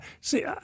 See